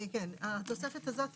התוספת הזאת,